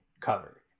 cover